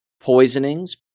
poisonings